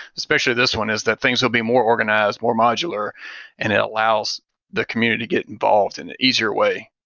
especially this one is that things will be more organized, more modular and it allows the community to get involved in an easier way,